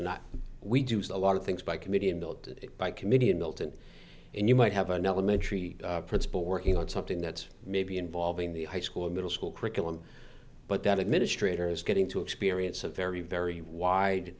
and we do so a lot of things by committee and built by committee in milton and you might have an elementary principal working on something that's maybe involving the high school or middle school curriculum but that administrators getting to experience a very very wide